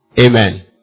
Amen